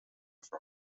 from